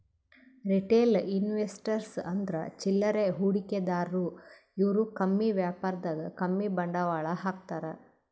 retail investors ಅಂದ್ರ ಚಿಲ್ಲರೆ ಹೂಡಿಕೆದಾರು ಇವ್ರು ಕಮ್ಮಿ ವ್ಯಾಪಾರದಾಗ್ ಕಮ್ಮಿ ಬಂಡವಾಳ್ ಹಾಕ್ತಾರ್